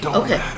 okay